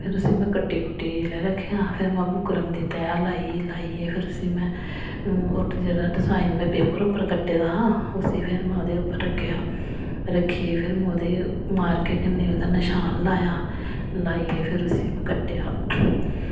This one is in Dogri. फिर में उसी कट्टी कुट्टियै जिल्लै में रक्खेआ फिर में बुकरम दी तैऽ लाई लाइयै फिर में उस्सी ओह् जेह्ड़ा डिजाइन में पेपर उप्पर कट्टे दा हा उस्सी फिर में ओह्दे उप्पर रक्खेआ रक्खियै फिर में ओह्दे मार्के कन्नै ओह्दा नशान लाया लाइयै फिर उस्सी में कट्टेआ